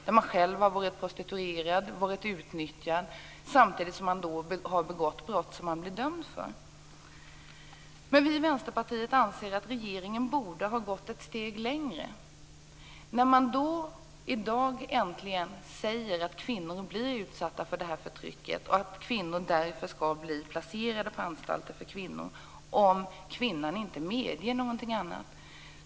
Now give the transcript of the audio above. De har själva varit prostituerade, utnyttjade. Samtidig har de begått brott som man blir dömd för. Vi i Vänsterpartiet anser att regeringen borde ha gått ett steg längre. I dag säger regeringen äntligen att kvinnor blir utsatta för det här förtrycket, och att de därför skall bli placerade på anstalter för kvinnor - om kvinnan inte medger något annat.